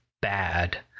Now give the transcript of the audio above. bad